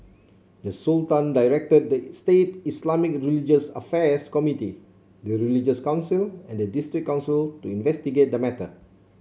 the Sultan directed the state Islamic religious affairs committee the religious council and the district council to investigate the matter